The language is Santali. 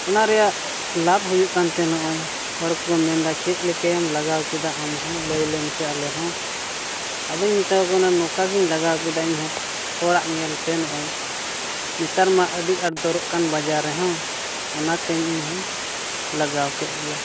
ᱚᱱᱟ ᱨᱮᱭᱟᱜ ᱞᱟᱵᱽ ᱦᱩᱭᱩᱜ ᱠᱟᱱᱛᱮ ᱱᱚᱜᱼᱚᱸᱭ ᱦᱚᱲ ᱠᱚ ᱢᱮᱱᱫᱟ ᱪᱮᱫ ᱞᱮᱠᱟᱭᱟᱢ ᱞᱟᱜᱟᱣ ᱠᱮᱫᱟ ᱟᱢ ᱦᱚᱸ ᱞᱟᱹᱭ ᱟᱞᱮ ᱢᱮᱥᱮ ᱟᱞᱮ ᱦᱚᱸ ᱟᱫᱚᱧ ᱢᱮᱛᱟ ᱠᱚ ᱠᱟᱱᱟ ᱱᱚᱝᱠᱟᱜᱮᱧ ᱞᱟᱜᱟᱣ ᱠᱮᱫᱟ ᱤᱧ ᱦᱚᱸ ᱦᱚᱲᱟᱜ ᱧᱮᱞᱛᱮ ᱱᱚᱜᱼᱚᱸᱭ ᱱᱮᱛᱟᱨᱢᱟ ᱟᱹᱰᱤ ᱟᱸᱴ ᱫᱚᱨᱚᱜ ᱠᱟᱱ ᱵᱟᱡᱟᱨ ᱨᱮᱦᱚᱸ ᱚᱱᱟᱛᱮ ᱤᱧ ᱦᱚᱧ ᱞᱟᱜᱟᱣ ᱠᱮᱫ ᱜᱮᱭᱟ